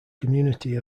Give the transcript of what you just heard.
community